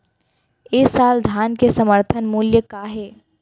ए साल धान के समर्थन मूल्य का हे?